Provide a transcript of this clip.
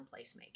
placemaking